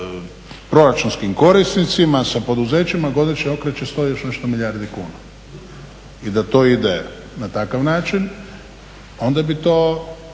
proračunskim korisnicima, sa poduzećima godišnje okreće 100 i još nešto milijardi kuna. I da to ide na takav način onda bi to